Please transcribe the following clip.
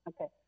Okay